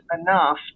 enough